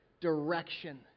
direction